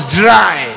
dry